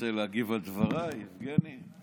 רוצה להגיב על דבריי, יבגני?